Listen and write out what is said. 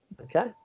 okay